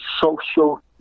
social